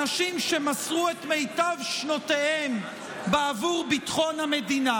אנשים שמסרו את מיטב שנותיהם בעבור ביטחון המדינה.